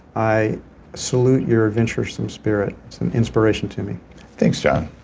i salute your adventuresome spirit. it's an inspiration to me thanks john